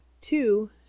Two